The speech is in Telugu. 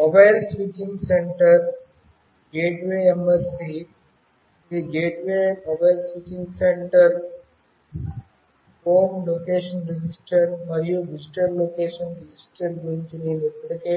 mobile switching center gateway MSC ఇది gateway mobile switching center home location register మరియు విజిటర్ లొకేషన్ రిజిస్టర్ గురించి నేను ఇప్పటికే